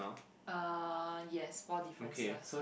uh yes four differences